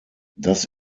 das